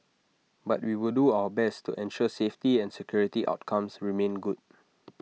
but we will do our best to ensure safety and security outcomes remain good